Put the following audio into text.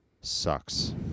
sucks